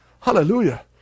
Hallelujah